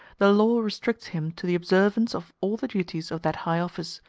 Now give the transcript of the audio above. the law restricts him to the observance of all the duties of that high office,